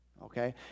Okay